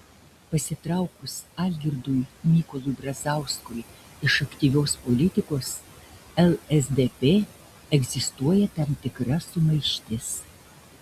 pasitraukus algirdui mykolui brazauskui iš aktyvios politikos lsdp egzistuoja tam tikra sumaištis